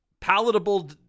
palatable